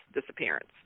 disappearance